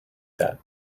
that